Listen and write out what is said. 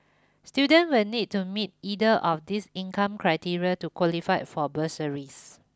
student will need to meet either of these income criteria to qualify for bursaries